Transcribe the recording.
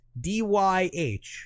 DYH